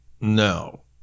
no